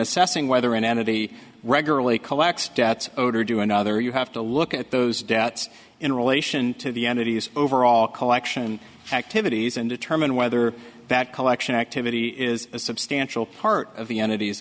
assessing whether an entity regularly collects debts owed or do another you have to look at those debts in relation to the entities overall collection activities and determine whether that collection activity is a substantial part of the entities